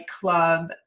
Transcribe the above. club